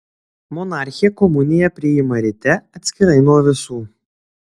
monarchė komuniją priima ryte atskirai nuo visų